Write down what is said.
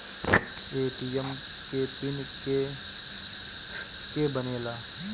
ATM के pin के के बनेला?